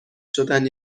شدن